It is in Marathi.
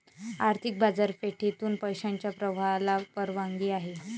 आर्थिक बाजारपेठेतून पैशाच्या प्रवाहाला परवानगी आहे